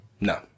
No